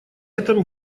этом